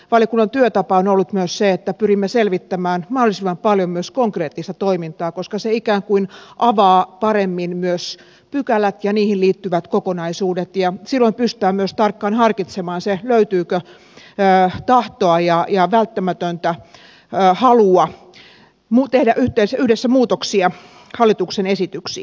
valiokunnan työtapa on ollut myös se että pyrimme selvittämään mahdollisimman paljon myös konkreettista toimintaa koska se ikään kuin avaa paremmin myös pykälät ja niihin liittyvät kokonaisuudet ja silloin pystytään myös tarkkaan harkitsemaan se löytyykö tahtoa ja välttämätöntä halua tehdä yhdessä muutoksia hallituksen esityksiin